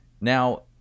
Now